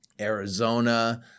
Arizona